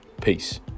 Peace